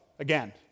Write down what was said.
Again